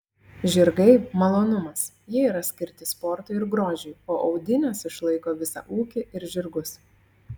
žirgai malonumas jie yra skirti sportui ir grožiui o audinės išlaiko visą ūkį ir žirgus